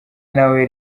nawe